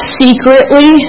secretly